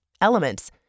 elements